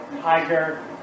Tiger